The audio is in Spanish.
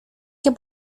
que